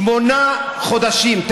שמונה חודשים, מה אתה מציע?